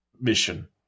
mission